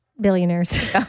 billionaires